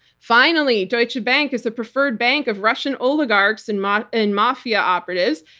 finally, deutsche bank is the preferred bank of russian oligarchs and mafia and mafia operatives,